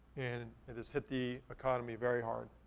and it has hit the economy very hard.